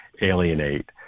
alienate